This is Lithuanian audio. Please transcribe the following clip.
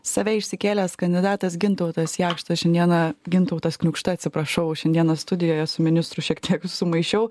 save išsikėlęs kandidatas gintautas jakštas šiandieną gintautas kniukšta atsiprašau šiandieną studijoje su ministru šiek tiek sumaišiau